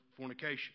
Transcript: fornication